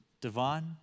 divine